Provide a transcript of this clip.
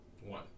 One